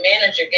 manager